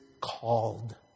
called